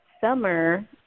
summer